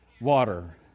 water